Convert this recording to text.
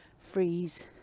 freeze